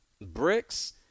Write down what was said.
bricks